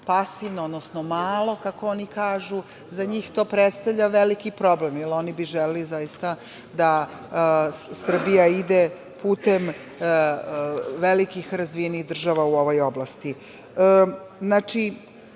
pasivno, odnosno malo kako kažu, za njih to predstavlja veliki problem, jer bi oni želeli da Srbija ide putem velikih razvijenih država u ovoj oblasti. Znači,